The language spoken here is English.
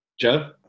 Joe